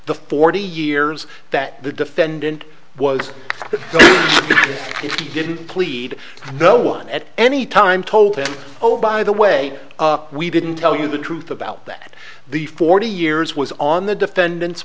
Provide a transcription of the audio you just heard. the forty years that the defendant was going to if he didn't plead no one at any time told him oh by the way we didn't tell you the truth about that the forty years was on the defendant's